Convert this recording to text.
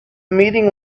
meeting